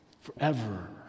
forever